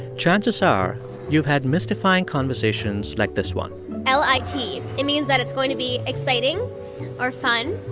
chances are you've had mystifying conversations like this one l i t. it means that it's going to be exciting or fun,